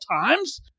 times